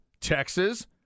Texas